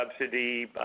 subsidy